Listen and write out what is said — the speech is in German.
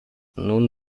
nun